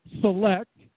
select